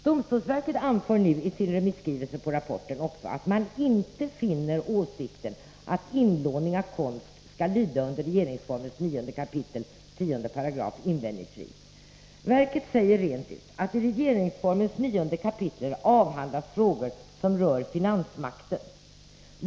Domstolsverket anför nu i sin remisskrivelse på rapporten också att man inte finner åsikten att inlåning av konst skulle lyda under regeringsformens 9 kap. 10 § invändningsfri. Verket säger rent ut att i regeringsformens 9 kap. avhandlas frågor som rör finansmakten.